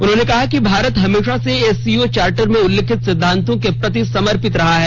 उन्होंने कहा कि भारत हमेशा से एस सी ओ चार्टर में उल्लिखित सिद्धान्तों के प्रति समर्पित रहा है